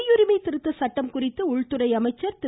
குடியுரிமை திருத்த சட்டம் குறித்து உள்துறை அமைச்சர் திரு